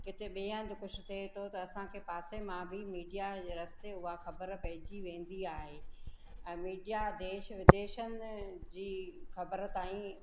किथे ॿिए हंधि कुझु थिए थो त असांखे पासे मां बि मीडिया जे रस्ते उहो ख़बर पइजी वेंदी आहे ऐं मीडिया देश विदेश जी ख़बर ताईं